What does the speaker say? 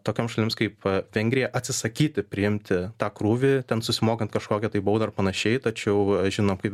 tokioms šalims kaip vengrija atsisakyti priimti tą krūvį ten susimokant kažkokią tai baudą ir panašiai tačiau aš žino kaip